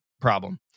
problem